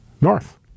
north